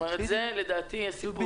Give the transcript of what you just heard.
זה לדעתי הסיפור.